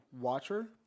watcher